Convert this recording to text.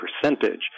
percentage